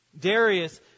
Darius